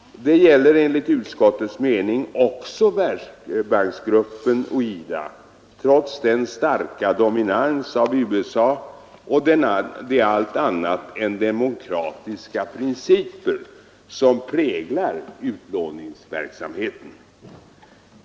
Det gäller enligt utskottets mening också Världsbanksgruppen och IDA trots den starka dominans av USA och de allt annat än demokratiska principer som präglar utlåningsverksamheten.